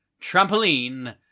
Trampoline